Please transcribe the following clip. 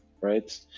right